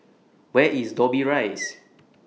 Where IS Dobbie Rise